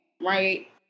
right